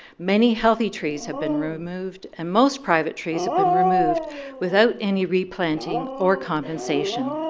many healthy trees have been removed and most private trees have been removed without any replanting or condensation.